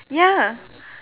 ya